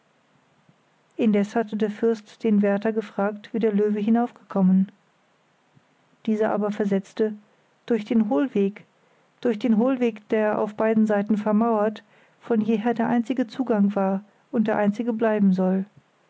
indes hatte der fürst den wärtel gefragt wie der löwe hinaufgekommen dieser aber versetzte durch den hohlweg der auf beiden seiten vermauert von jeher der einzige zugang war und der einzige bleiben soll